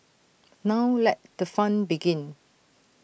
now let the fun begin